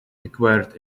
acquired